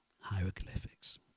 hieroglyphics